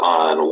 on